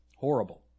Horrible